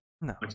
No